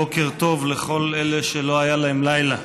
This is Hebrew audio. בוקר טוב לכל אלה שלא היה להם לילה.